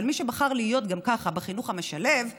אבל מי שבחר להיות גם ככה בחינוך המשלב מבין,